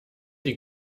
die